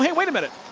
wait wait a minute.